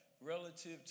relative